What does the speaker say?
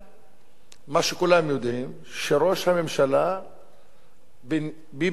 מה שכולם יודעים, שראש הממשלה ביבי נתניהו